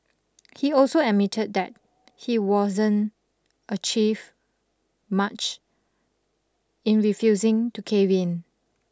he also admitted that he wasn't achieved much in refusing to cave in